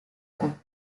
боку